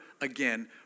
again